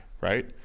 right